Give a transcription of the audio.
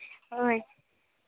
ᱦᱳᱭ